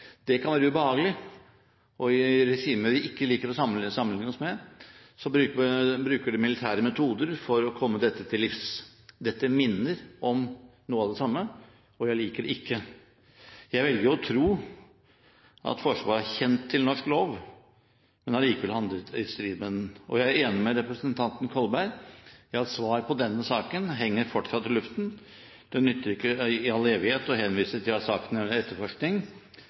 Det kan være ubehagelig, og i regimer vi ikke liker å sammenligne oss med, bruker de militære metoder for å komme dette til livs. Dette minner om noe av det samme, og jeg liker det ikke. Jeg velger jo å tro at Forsvaret er kjent med norsk lov, men allikevel handlet i strid med den. Jeg er enig med representanten Kolberg i at svar på denne saken fortsatt henger i luften. Det nytter ikke i all evighet å henvise til at saken er under etterforskning,